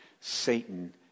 Satan